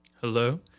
Hello